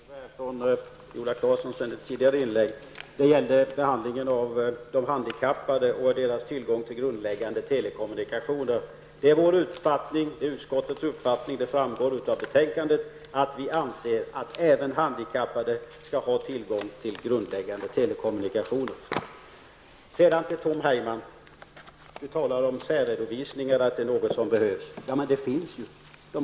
Herr talman! Först vill jag svara på en fråga som Viola Claesson ställde i ett tidigare inlägg och som gällde behandlingen av de handikappade och deras tillgång till grundläggande telekommunikationer. Det är utskottets uppfattning, och det framgår av betänkandet, att även handikappade skall ha tillgång till grundläggande telekommunikationer. Sedan till Tom Heyman, som talar om att särredovisning behövs. Ja, men det finns ju.